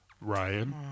Ryan